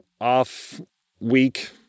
off-week